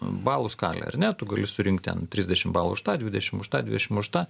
balų skalė ar ne tu gali surinkt ten trisdešimt balų už tą dvidešimt už tą dvidešimt už tą